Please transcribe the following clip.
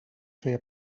feia